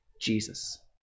Jesus